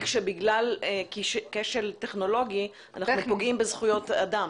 שבגלל כשל טכנולוגי אנחנו פוגעים בזכויות אדם.